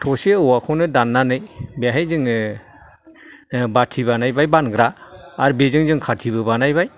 थसे औवाखौनो दान्नानै बेहाय जोङो बाथि बानायबाय बानग्रा आरो बेजों जों खाथिबो बानायबाय